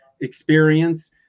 experience